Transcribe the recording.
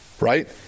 right